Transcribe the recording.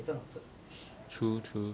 true true